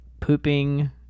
pooping